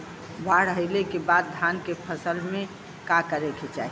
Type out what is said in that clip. बाढ़ आइले के बाद धान के फसल में का करे के चाही?